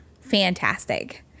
fantastic